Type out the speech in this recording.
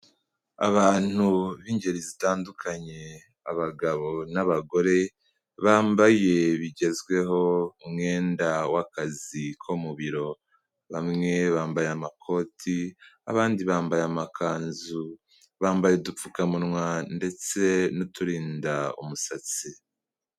Abantu b'ingeri zitandukanye abagabo n'abagore, bambaye bigezweho umwenda w'akazi ko mu biro, bamwe bambaye amakoti abandi bambaye amakanzu, bambaye udupfukamunwa ndetse n'uturinda umusatsi.